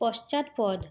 পশ্চাৎপদ